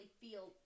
feel